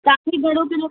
तव्हांखे घणे किलो